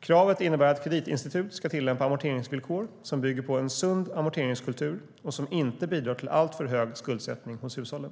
Kravet innebär att kreditinstitut ska tillämpa amorteringsvillkor som bygger på en sund amorteringskultur och som inte bidrar till alltför hög skuldsättning hos hushållen.